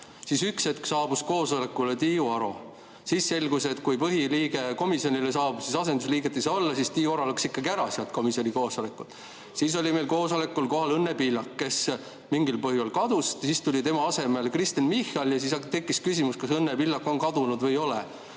Siis üks hetk saabus koosolekule Tiiu Aro. Siis selgus, et kui põhiliige komisjoni saabub, siis asendusliiget ei saa olla. Tiiu Aro läks ikkagi ära sealt komisjoni koosolekult. Siis oli meil koosolekul kohal Õnne Pillak, kes mingil põhjusel kadus, siis tuli tema asemele Kristen Michal. Ja siis tekkis küsimus, kas Õnne Pillak on kadunud või ei ole.